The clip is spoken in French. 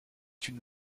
une